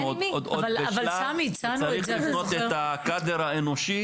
אנחנו עוד בשלב שצריך לבנות את הקאדר האנושי.